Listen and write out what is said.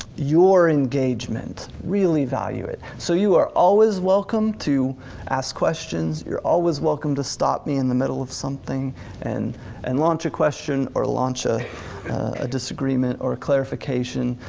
your engagement, really value it. so you are always welcomed to ask questions, you're always welcomed to stop me in the middle of something and and launch a question or launch a a disagreement or a clarification.